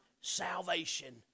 salvation